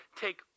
take